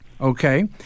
okay